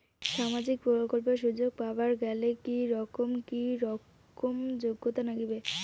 সামাজিক প্রকল্পের সুযোগ পাবার গেলে কি রকম কি রকম যোগ্যতা লাগিবে?